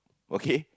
okay